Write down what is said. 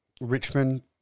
Richmond